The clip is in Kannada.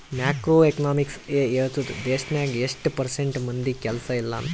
ಮ್ಯಾಕ್ರೋ ಎಕನಾಮಿಕ್ಸ್ ಎ ಹೇಳ್ತುದ್ ದೇಶ್ನಾಗ್ ಎಸ್ಟ್ ಪರ್ಸೆಂಟ್ ಮಂದಿಗ್ ಕೆಲ್ಸಾ ಇಲ್ಲ ಅಂತ